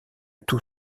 tout